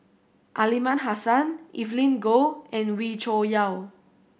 Aliman Hassan Evelyn Goh and Wee Cho Yaw